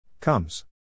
Comes